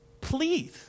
please